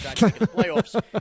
playoffs